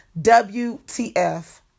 WTF